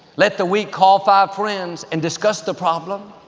let the weak call five friends and discuss the problem.